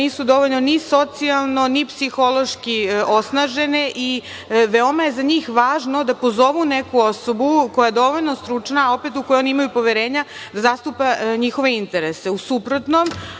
nisu dovoljno ni socijalno, ni psihološki osnažene. Za njih je veoma važno da pozovu neku osobu koja je dovoljno stručna, a opet u koju oni imaju poverenja, da zastupa njihove interese. U suprotnom,